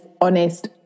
honest